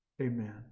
amen